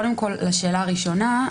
לשאלה הראשונה.